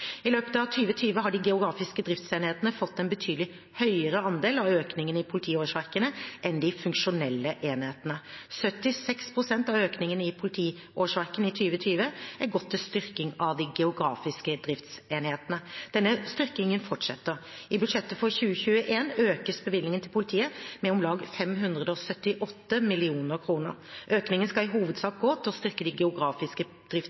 I løpet av 2020 har de geografiske driftsenhetene fått en betydelig høyere andel av økningen i politiårsverkene enn de funksjonelle enhetene. 76 pst. av økningen i politiårsverkene i 2020 er gått til styrking av de geografiske driftsenhetene. Denne styrkingen fortsetter. I budsjettet for 2021 økes bevilgningen til politiet med om lag 578 mill. kr. Økningen skal i